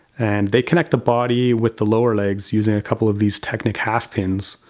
and they connect the body with the lower legs using a couple of these technic half pins,